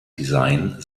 design